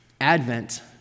Advent